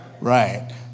Right